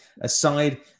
aside